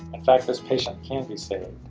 in fact this patient can be saved.